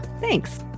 thanks